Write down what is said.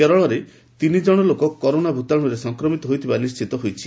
କେରଳରେ ଦୁଇଜଣ ଲୋକ କରୋନା ଭ୍ତାଣୁରେ ସଂକ୍ରମିତ ହୋଇଥିବାର ନିଶ୍ଚିତ ହୋଇଛି